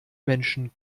menschen